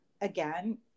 again